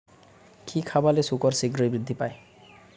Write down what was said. কি খাবালে শুকর শিঘ্রই বৃদ্ধি পায়?